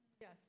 Yes